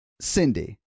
Cindy